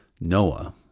Noah